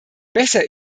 besser